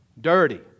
dirty